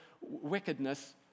wickedness